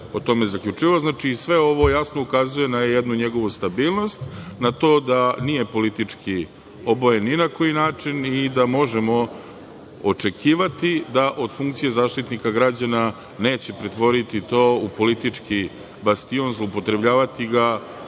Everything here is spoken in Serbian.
o tome zaključivao. Znači, sve ovo jasno ukazuje na jednu njegovu stabilnost, na to da nije politički obojen ni na koji način i da možemo očekivati da od funkcije Zaštitnika građana neće pretvoriti to u politički bastion, zloupotrebljavati ga